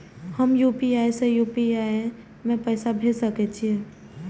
हम यू.पी.आई से यू.पी.आई में पैसा भेज सके छिये?